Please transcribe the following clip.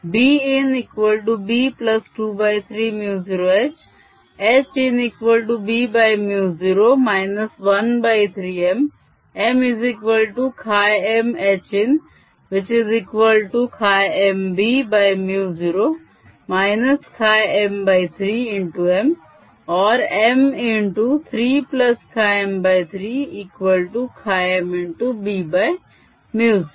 BinB230H HinB0 13MMMHinMB0 M3M or M3M3MB0